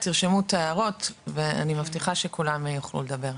תרשמו את ההערות ואני מבטיחה שכולם יוכלו לדבר.